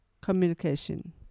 Communication